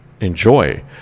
enjoy